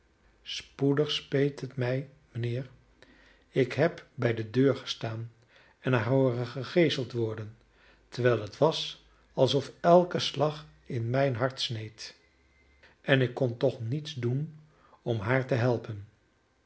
spoedig speet het mij mijnheer ik heb bij de deur gestaan en haar hooren gegeeseld worden terwijl het was alsof elke slag in mijn hart sneed en ik kon toch niets doen om haar te helpen